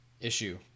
issue